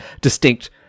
distinct